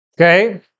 Okay